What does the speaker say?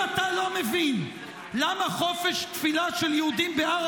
ואם אתה לא מבין למה חופש תפילה של יהודים בהר